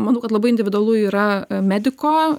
manau kad labai individualu yra mediko